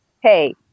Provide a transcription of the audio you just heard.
Hey